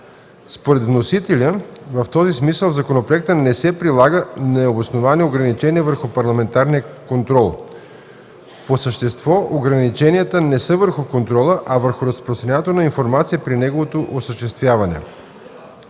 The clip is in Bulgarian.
Според вносителя, в този смисъл в законопроекта не се предлагат необосновани ограничения върху парламентарния контрол. По същество ограниченията не са върху контрола, а върху разпространяването на информация при неговото осъществяване.